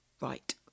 right